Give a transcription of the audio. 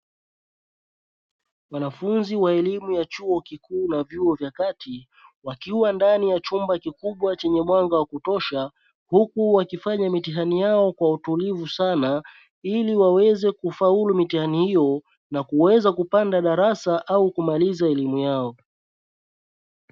Wanafunzi wa elimu ya chuo kikuu na vyuo vya kati, wakiwa ndani ya chumba kikubwa chenye mwanga wa kutosha huku wakifanya mitihani yao kwa utulivu sana, ili waweze kufaulu mitihani hiyo na kuweza kupanda darasa au kumaliza elimu yao.